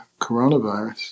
coronavirus